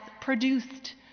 produced